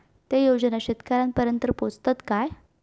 ते योजना शेतकऱ्यानपर्यंत पोचतत काय?